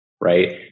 right